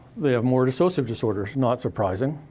they have more dissociative disorders. not surprising.